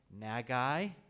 Nagai